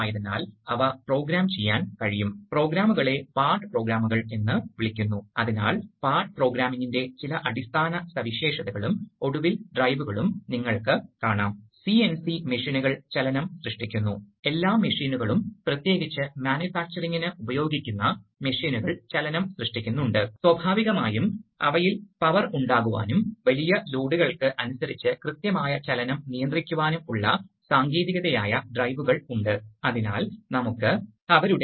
അതിനാൽ നിങ്ങൾക്ക് ചില സാധാരണ വാൽവ് നിർമ്മാണങ്ങൾ വരയ്ക്കാനും ആൻഡ് അല്ലെങ്കിൽ ഓർ ന്യൂമാറ്റിക് ലോജിക്കുകൾ വിവരിക്കാനും ദ്രുത എക്സ്ഹോസ്റ്റ് ഫ്ലോ വാൽവുകൾ പോലുള്ള ന്യൂമാറ്റിക്സിൽ ഉപയോഗിക്കുന്ന ചില പ്രത്യേക തരം വാൽവുകളുടെ വ്യത്യസ്ത പ്രവർത്തനങ്ങൾ വിശദീകരിക്കാനും നിങ്ങൾക്ക് കഴിയും